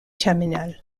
terminal